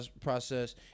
process